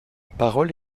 parole